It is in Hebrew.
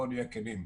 בואו נהיה כנים.